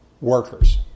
workers